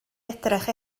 edrych